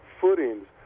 footings